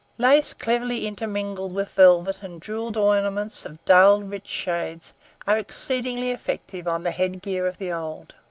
lace cleverly intermingled with velvet and jewelled ornaments of dull, rich shades are exceedingly effective on the head-gear of the old.